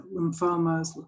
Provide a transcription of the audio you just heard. lymphomas